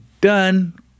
Done